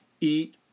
eat